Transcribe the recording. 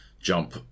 jump